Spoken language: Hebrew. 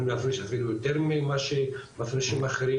להפריש אפילו יותר ממה שמפרישים אחרים,